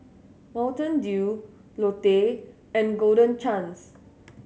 Mountain Dew Lotte and Golden Chance